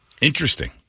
Interesting